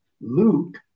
luke